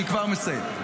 אני כבר מסיים.